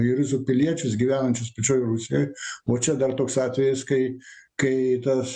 į rusų piliečius gyvenančius pačioj rusijoj o čia dar toks atvejis kai kai tas